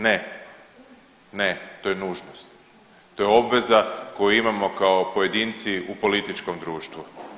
Ne, ne, to je nužnost, to je obveza koju imamo kao pojedinci u političkom društvu.